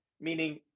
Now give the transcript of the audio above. Meaning